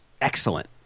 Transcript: excellent